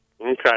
Okay